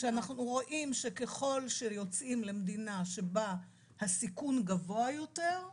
שאנחנו רואים שככל שיוצאים למדינה שבה הסיכון גבוה יותר,